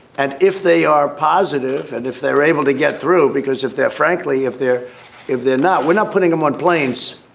and if they are positive and if they're able to get through, because if they're frankly if they're if they're not we're not putting them on planes.